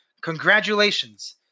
Congratulations